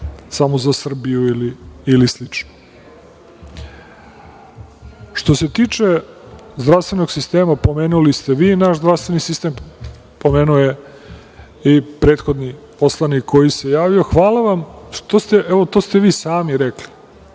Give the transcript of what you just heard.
samo za Srbiju ili slično. Što se tiče zdravstvenog sistema, pomenuli ste vi naš zdravstveni sistem, pomenuo je i prethodni poslanik koji se javio, hvala vam što ste, evo, to ste vi sami rekli